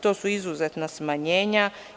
To su izuzetna smanjenja.